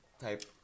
type